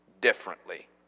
differently